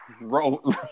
Roll